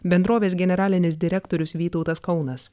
bendrovės generalinis direktorius vytautas kaunas